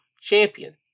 champion